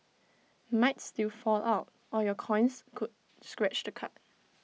might still fall out or your coins could scratch the card